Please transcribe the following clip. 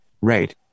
Rate